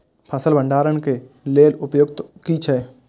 फसल भंडारण के लेल उपयुक्त उपाय कि छै?